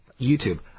YouTube